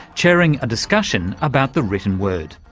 chairing a discussion about the written word.